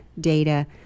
data